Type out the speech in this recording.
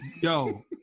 Yo